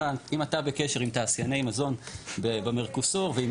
אם אתה בקשר עם תעשייני מזון במרקוסור ואם